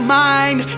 mind